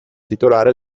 titolare